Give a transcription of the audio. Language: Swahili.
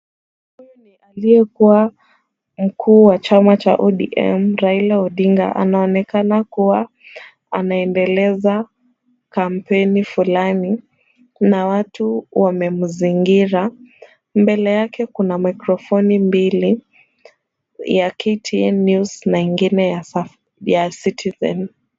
Huyu ni aliyekuwa mkuu wa chama cha ODM Raila Odinga. Anaonekana kuwa anaendeleza kampeni fulani na watu wamemzingira. Mbele yake kuna mikrofoni mbili ya KTN News na ingine ya Citizen.